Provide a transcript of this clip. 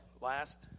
last